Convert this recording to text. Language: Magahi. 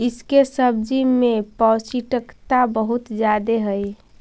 इसके सब्जी में पौष्टिकता बहुत ज्यादे हई